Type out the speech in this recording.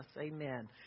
amen